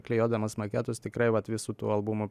klijuodamas maketus tikrai vat visų tų albumų